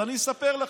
אז אני אספר לכם.